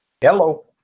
Hello